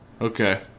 Okay